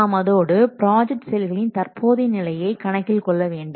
நாம் அதோடு ப்ராஜெக்ட் செயல்களின் தற்போதைய நிலையை கணக்கில் கொள்ள வேண்டும்